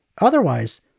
Otherwise